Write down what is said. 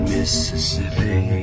Mississippi